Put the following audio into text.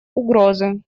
угрозы